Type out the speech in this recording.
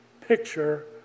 picture